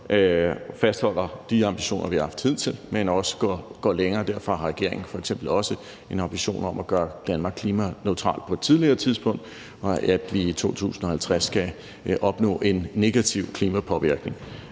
fastholder de ambitioner, vi har haft hidtil, men også går længere. Derfor har regeringen f.eks. også en ambition om at gøre Danmark klimaneutralt på et tidligere tidspunkt og om, at vi i 2050 skal opnå en CO2-negativ klimapåvirkning.